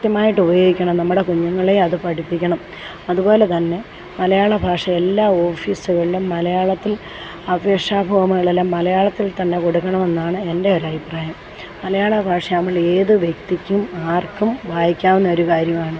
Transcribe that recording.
കൃത്യമായിട്ട് ഉപയോഗിക്കണം നമ്മുടെ കുഞ്ഞുങ്ങളെയും അത് പഠിപ്പിക്കണം അതുപോലതന്നെ മലയാളഭാഷ എല്ലാ ഓഫീസുകളിലും മലയാളത്തിൽ അപേക്ഷാ ഫോമുകളെല്ലാം മലയാളത്തിൽ തന്നെ കൊടുക്കണമെന്നാണ് എൻ്റെ ഒരഭിപ്രായം മലയാള ഭാഷ നമ്മളേതു വ്യക്തിക്കും ആർക്കും വായിക്കാവുന്നൊരു കാര്യമാണ്